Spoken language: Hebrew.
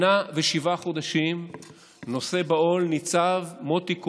שנה ושבעה חודשים נושא בעול ניצב מוטי כהן,